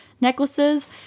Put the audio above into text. necklaces